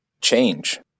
Change